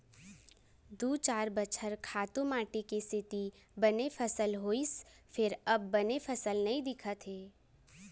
दू चार बछर खातू माटी के सेती बने फसल होइस फेर अब बने फसल नइ दिखत हे